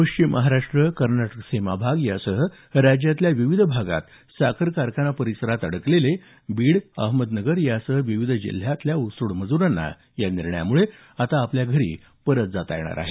पश्चिम महाराष्ट्र कर्नाटक सीमा भाग यासह राज्यातल्या विविध भागात साखर कारखाना परिसरात अडकलेले बीड अहमदनगर यांसह विविध जिल्ह्यातल्या ऊसतोड मजुरांना या निर्णयामुळे आता आपल्या घरी परत जाता येणार आहे